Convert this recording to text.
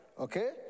Okay